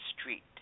street